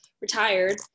retired